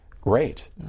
great